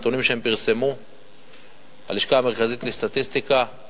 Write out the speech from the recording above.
הנתונים שפרסמה הלשכה המרכזית לסטטיסטיקה מדברים